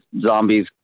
zombies